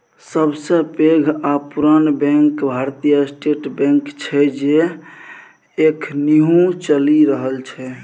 सबसँ पैघ आ पुरान बैंक भारतीय स्टेट बैंक छै जे एखनहुँ चलि रहल छै